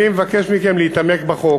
אני מבקש מכם להתעמק בחוק,